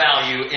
Value